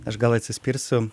aš gal atsispiriu